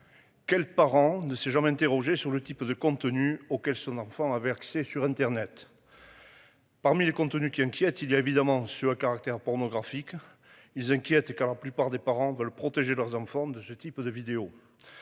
Quel parent ne s'est jamais interrogé sur le type de contenu auquel son enfant a versé sur Internet. Parmi les contenus qui inquiète. Il y a évidemment ceux à caractère pornographique. Ils s'inquiètent car la plupart des parents veulent protéger leurs enfants de ce type de vidéos.